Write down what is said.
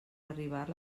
arribar